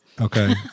Okay